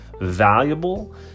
valuable